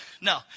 No